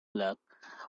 luck